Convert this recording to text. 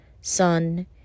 son